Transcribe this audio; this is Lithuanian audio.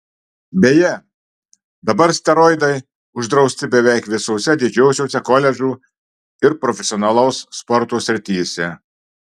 beje dabar steroidai uždrausti beveik visose didžiosiose koledžų ir profesionalaus sporto srityse